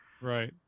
right